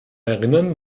erinnern